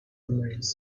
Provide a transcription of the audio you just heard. domains